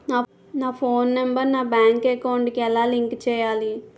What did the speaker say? నా phone number నా bank account కి ఎలా లింక్ చేయాలి?